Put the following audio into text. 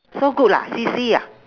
so good ah C_C ah